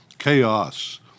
Chaos